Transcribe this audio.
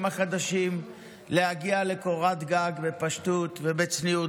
החדשים להגיע לקורת גג בפשטות ובצניעות.